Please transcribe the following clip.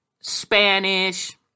Spanish